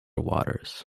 waters